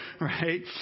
right